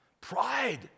Pride